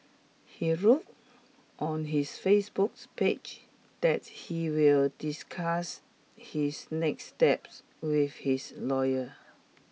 he wrote on his Facebook's page that he will discuss his next steps with his lawyer